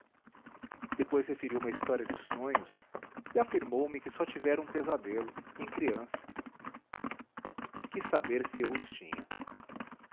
depois referiu uma história de sonhos e afirmou-me que só tivera um pesadelo em criança quis saber se eu os tinha